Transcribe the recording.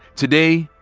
today,